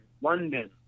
London